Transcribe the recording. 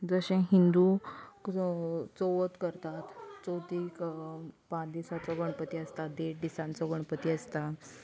जशें हिंदू च चवत करतात चवतीक पांच दिसांचो गणपती आसता देड दिसांचो गणपती आसता